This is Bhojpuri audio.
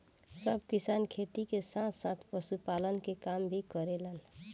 सब किसान खेती के साथ साथ पशुपालन के काम भी करेलन